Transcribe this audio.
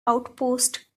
outpost